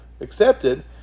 Accepted